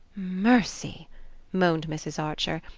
mercy moaned mrs. archer,